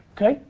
okay.